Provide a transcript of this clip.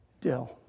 Dill